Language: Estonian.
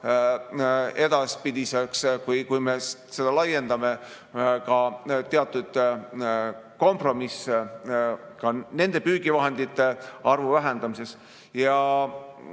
edaspidiseks, kui me seda laiendame, teatud kompromisse püügivahendite arvu vähendamises. Mulle